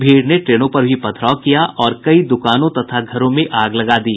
भीड़ ने ट्रनों पर भी पथराव किया और कई दुकानों तथा घरों में आग लगा दी